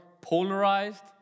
polarized